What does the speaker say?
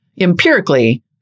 empirically